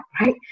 right